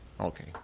Okay